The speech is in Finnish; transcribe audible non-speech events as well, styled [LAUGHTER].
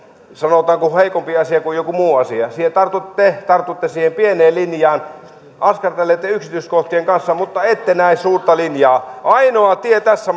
sanotaanko heikompi asia kuin on joku muu asia te tartutte siihen pieneen linjaan askartelette yksityiskohtien kanssa mutta ette näe suurta linjaa ainoa tie tässä [UNINTELLIGIBLE]